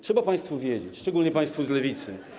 Trzeba państwu wiedzieć, szczególnie państwu z Lewicy.